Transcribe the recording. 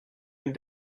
and